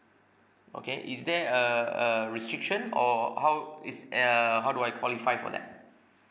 okay is there a a restriction or how is err how do I qualify for that